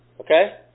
Okay